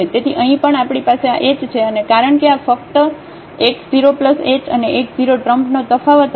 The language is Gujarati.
તેથી અહીં પણ આપણી પાસે આ h છે અને કારણ કે આ ફક્ત આ x 0 h અને આ x 0 ટ્રમ્પનો તફાવત હતો